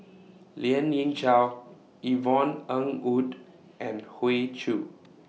Lien Ying Chow Yvonne Ng Uhde and Hoey Choo